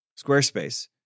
Squarespace